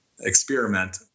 experiment